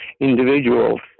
individuals